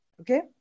Okay